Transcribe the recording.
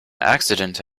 accident